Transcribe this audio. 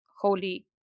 holy